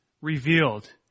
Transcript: revealed